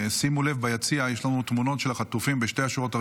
שימו לב ביציע שיש לנו תמונות של החטופים בשתי השורות הראשונות.